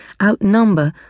outnumber